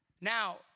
Now